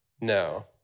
No